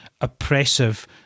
oppressive